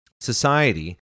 Society